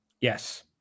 Yes